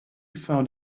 found